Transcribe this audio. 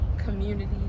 community